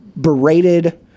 berated